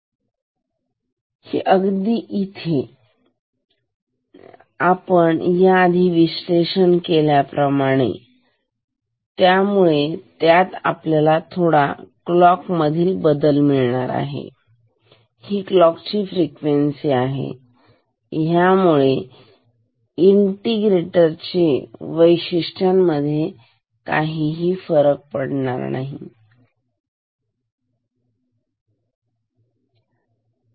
हा अगदी इथे हा महत्त्वाचा प्रश्न आहे की आपण या आधी याचं विश्लेषण केला आहे त्यामुळे त्यात आपल्याला थोडा क्लॉक मधील बदल मिळत आहे की क्लॉक ची फ्रीक्वेंसी आहे आणि ह्यामुळे इनटिग्रेटर च्या वैशिष्ट्य मध्ये काही फरक पडतो आहे ठीक